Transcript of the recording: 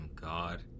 God